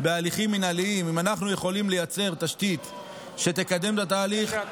אם אנחנו יכולים לייצר תשתית שתקדם את התהליך בהליכים מינהליים,